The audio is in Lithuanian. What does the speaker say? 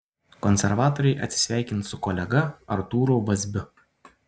konservatoriai atsisveikins su kolega artūru vazbiu